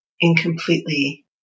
incompletely